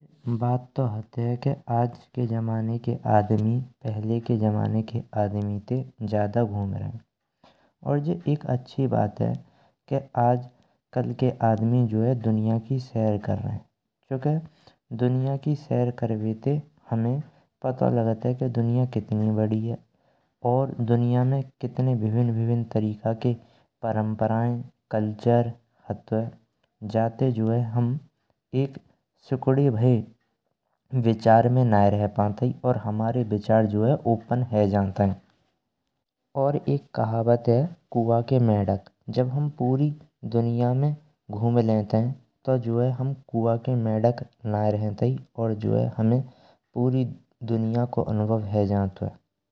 बात तो हैटे के आज के ज़माने के आदमी पहले के ज़माने के आदमी ते ज्यादा घुम रहे और जे एक अच्छी बात है, आजकल के आदमी दुनिया की सैर कर रहे हैं। चूंकि दुनिया की सैर करवाते हमें पता लगते के दुनिया कितनी बड़ी है, और दुनिया में कितने भिविन्न भिविन्न तरीका के परंपराएँ, कल्चर हतुए जाते जो है, हम सुखदे भाए विचार में नये रह पांत। और हमारे विचार जो है ओपन है जंताए, और एक खावत है कुआं के मेड़क जब हम पूरी दुनिया में घुम लेत हैं। तो हम जो है कुआं के मेड़क ना रहेंत और हमें जो है पूरी दुनिया का अनुभव है जंतुए।